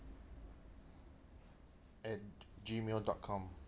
at gmail dot com